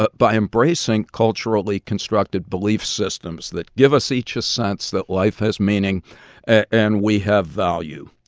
but by embracing culturally constructed belief systems that give us each a sense that life has meaning and we have value.